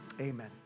amen